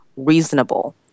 reasonable